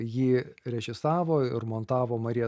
jį režisavo ir montavo marija